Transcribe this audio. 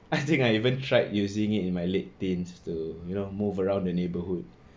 I think I even tried using it in my late teens to you know move around the neighbourhood